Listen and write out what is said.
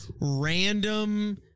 random